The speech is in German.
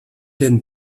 den